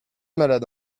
malade